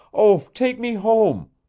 oh, take me home!